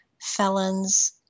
felons